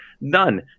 none